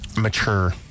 mature